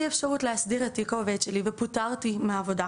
אפשרות להסדיר את תיק העובד שלי ופוטרתי מהעבודה,